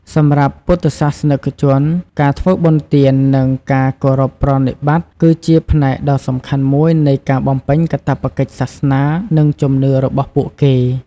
សម្រាប់ពុទ្ធសាសនិកជន ការធ្វើបុណ្យទាន និងការគោរពប្រណិប័តន៍ គឺជាផ្នែកដ៏សំខាន់មួយនៃការបំពេញកាតព្វកិច្ចសាសនា និងជំនឿរបស់ពួកគេ។